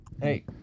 Hey